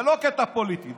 זה לא קטע פוליטי,